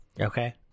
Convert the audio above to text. Okay